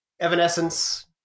Evanescence